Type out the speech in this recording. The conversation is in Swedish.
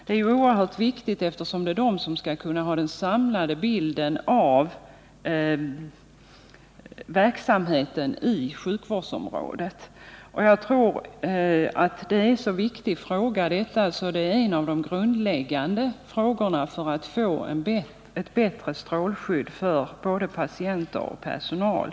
Det är oerhört viktigt, eftersom det är röntgenkommittéerna som skall ha den samlade bilden av verksamheten i sjukvårdsområdet. Jag tror att detta är en av de grundläggande frågorna när det gäller att få ett bättre strålskydd för både patienter och personal.